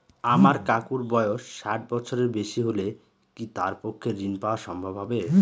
আমার কাকুর বয়স ষাট বছরের বেশি হলে কি তার পক্ষে ঋণ পাওয়া সম্ভব হবে?